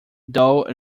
though